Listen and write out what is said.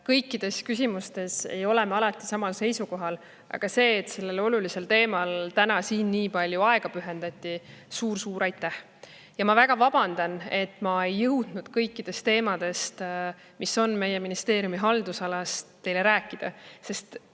Kõikides küsimustes ei ole me alati samal seisukohal, aga selle eest, et sellele olulisele teemale täna siin nii palju aega pühendati, suur-suur aitäh. Ma väga vabandan, et ma ei jõudnud kõikidest teemadest, mis on meie ministeeriumi haldusalas, teile rääkida. Meil